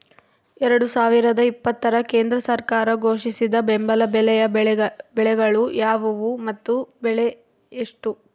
ಎರಡು ಸಾವಿರದ ಇಪ್ಪತ್ತರ ಕೇಂದ್ರ ಸರ್ಕಾರ ಘೋಷಿಸಿದ ಬೆಂಬಲ ಬೆಲೆಯ ಬೆಳೆಗಳು ಯಾವುವು ಮತ್ತು ಬೆಲೆ ಎಷ್ಟು?